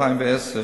2010,